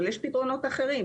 אבל יש פתרונות אחרים.